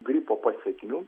gripo pasekmių